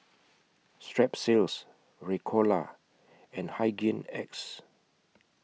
Strepsils Ricola and Hygin X